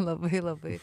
labai labai